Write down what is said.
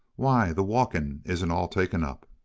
why the walking isn't all taken up.